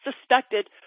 suspected